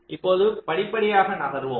இப்போது படிப்படியாக நகர்வோம்